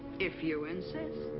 if you insist.